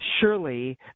surely